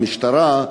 המשטרה,